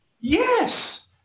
Yes